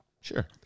Sure